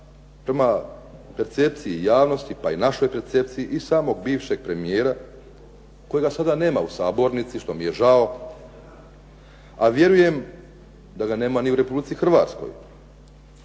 prema percepciji javnosti pa i našoj percepciji i samog bivšeg premijera kojega sada nema u sabornici što mi je žao, a vjerujem da ga nema ni u Republici Hrvatskoj.